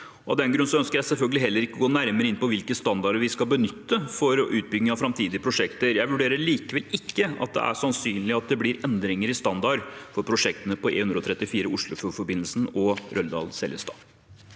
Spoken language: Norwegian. Av den grunn ønsker jeg selvfølgelig heller ikke å gå nærmere inn på hvilke standarder vi skal benytte for utbygging av framtidige prosjekter. Jeg vurderer likevel ikke at det er sannsynlig at det blir endringer i standard på prosjektene på E134 Oslofjordforbindelsen og Røldal–Seljestad.